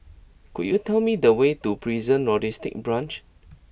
could you tell me the way to Prison Logistic Branch